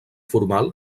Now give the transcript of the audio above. formal